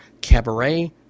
cabaret